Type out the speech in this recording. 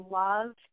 love –